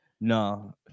No